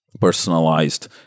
personalized